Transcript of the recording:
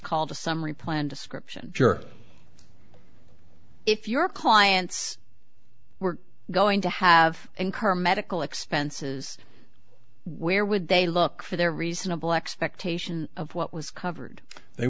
called a summary plan description jerk if your clients were going to have incur medical expenses where would they look for their reasonable expectation of what was covered they